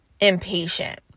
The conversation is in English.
impatient